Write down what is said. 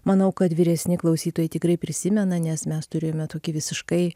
manau kad vyresni klausytojai tikrai prisimena nes mes turėjome tokį visiškai